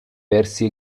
versi